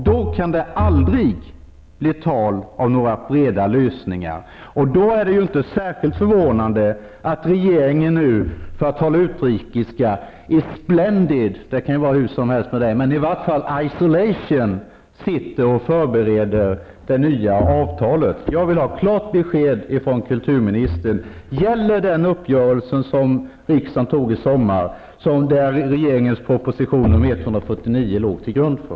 Då kan det aldrig bli tal om breda lösningar. Då är det inte särskilt förvånande att regeringen, för att tala utrikiska, i splendid -- det kan ju vara hur som helst med det -- isolation sitter och förbereder det nya avtalet. Jag vill ha klart besked från kulturministern: Gäller den uppgörelsen, som riksdagen antog i somras, som regeringens proposition 149 låg till grund för?